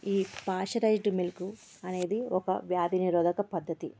ఈ pasteurised milk అనేది ఒక వ్యాధి నిరోధక పద్ధతి